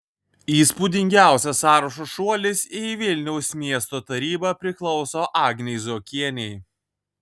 įspūdingiausias sąrašo šuolis į vilniaus miesto tarybą priklauso agnei zuokienei